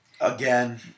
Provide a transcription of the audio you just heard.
again